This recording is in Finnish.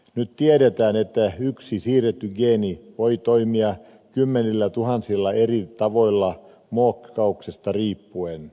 nyt tiedetään että yksi siirretty geeni voi toimia kymmenillätuhansilla eri tavoilla muokkauksesta riippuen